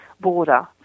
border